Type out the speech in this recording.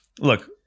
look